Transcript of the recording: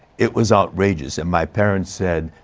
it was outrageous, and my parents said,